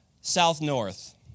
south-north